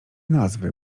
nazwy